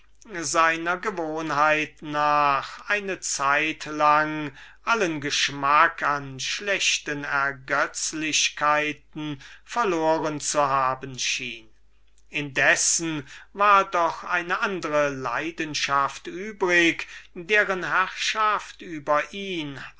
seiner gewohnheit nach eine zeitlang allen geschmack an andern ergötzlichkeiten verloren zu haben schien indessen war doch eine andre leidenschaft übrig deren herrschaft über ihn